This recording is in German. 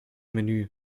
menü